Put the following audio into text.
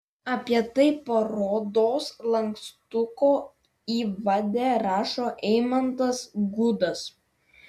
apie tai parodos lankstuko įvade rašo eimantas gudas